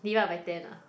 divide by ten ah